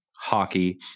hockey